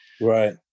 Right